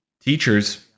teachers